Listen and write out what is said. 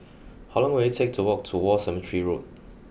how long will it take to walk to War Cemetery Road